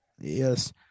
Yes